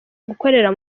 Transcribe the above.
gukorera